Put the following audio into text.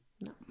No